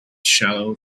shallow